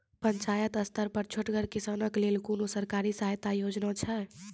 पंचायत स्तर पर छोटगर किसानक लेल कुनू सरकारी सहायता योजना छै?